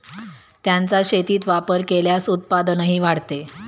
त्यांचा शेतीत वापर केल्यास उत्पादनही वाढते